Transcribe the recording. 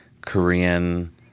Korean